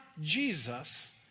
Jesus